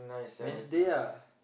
Wednesday lah